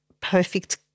perfect